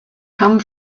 come